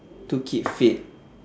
to keep fit